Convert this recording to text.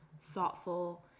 thoughtful